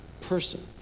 person